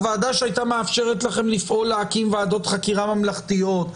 הוועדה שהייתה מאפשרת לכם לפעול להקים ועדות חקירה ממלכתיות,